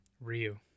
Ryu